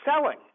selling